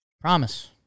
Promise